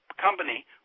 company